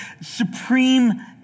supreme